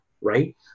Right